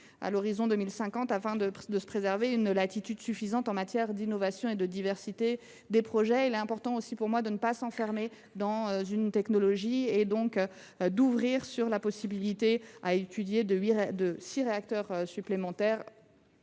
à l’horizon 2050, afin de se préserver une latitude suffisante en matière d’innovation et de diversité des projets. Il convient aussi, selon moi, de ne pas s’enfermer dans une technologie : on étudie la possibilité de construire 6 réacteurs supplémentaires,